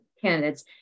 candidates